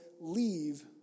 leave